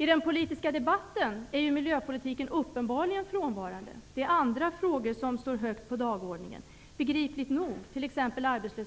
I den politiska debatten är miljöpolitiken uppenbarligen frånvarande. Det är andra frågor som begripligt nog står högt på dagordningen, exempelvis